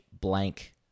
blank